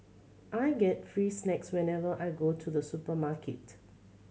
I get free snacks whenever I go to the supermarket